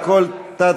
על כל תת-סעיפיו,